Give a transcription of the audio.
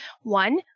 one